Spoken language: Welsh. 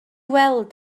weld